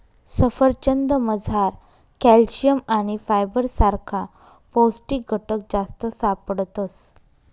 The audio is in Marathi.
सफरचंदमझार कॅल्शियम आणि फायबर सारखा पौष्टिक घटक जास्त सापडतस